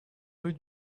rue